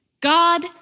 God